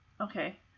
Okay